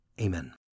Amen